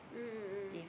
mm mm mm